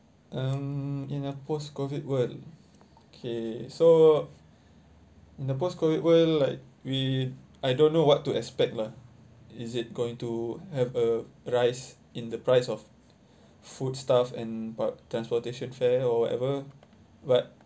um in a post-COVID world okay so in the post-COVID world like we I don't know what to expect lah is it going to have a rise in the price of foodstuff and uh transportation fare or whatever but